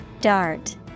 Dart